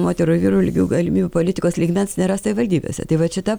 moterų ir vyrų lygių galimybių politikos lygmens nėra savivaldybėse tai vat šita